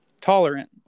tolerant